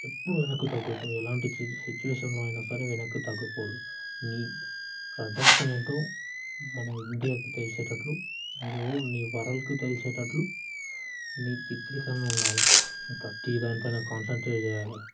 ఎప్పుడు వెనక్కు తగ్గదు ఎలాంటి సిచ్యువేషన్లో అయిన సరే వెనక్కు తగ్గకూడదు నీ ప్రదర్శన ఏంటో మన ఇండియాకి తెలిసేటట్లు నీ వరల్డ్కి తెలిసేటట్లు నీ చిత్రీకరణ ఉండాలి నువ్వు ప్రతీ దానిపైన కాన్సెంట్రేట్ చేయాలి